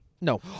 No